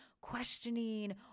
questioning